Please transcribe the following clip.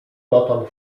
dotąd